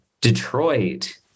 Detroit